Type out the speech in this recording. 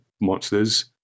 monsters